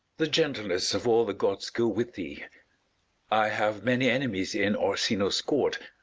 the gentleness of all the gods go with thee! i have many enemies in orsino's court,